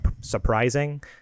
surprising